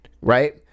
right